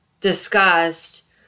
discussed